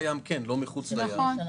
יש לדאוג שלא יקרה אסון.